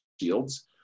shields